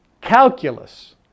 Calculus